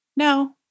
no